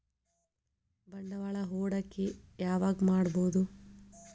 ಬಂಡವಾಳ ಹೂಡಕಿ ಯಾವಾಗ್ ಮಾಡ್ಬಹುದು?